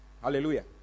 Hallelujah